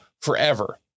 forever